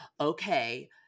okay